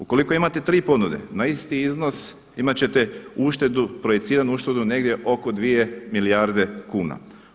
Ukoliko imate tri ponude na isti iznos imat ćete uštedu projiciranu uštedu negdje oko dvije milijarde kuna.